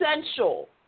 essential